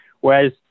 Whereas